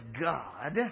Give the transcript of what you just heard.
God